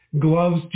gloves